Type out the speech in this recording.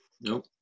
Nope